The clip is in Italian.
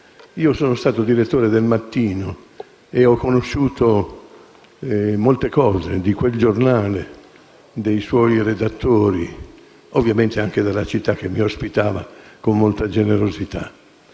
Sono stato direttore del quotidiano «Il Mattino» e ho conosciuto molti aspetti di quel giornale, dei suoi redattori e, ovviamente, anche della città che mi ospitava con molta generosità.